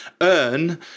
earn